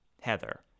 Heather